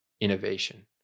innovation